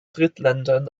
drittländern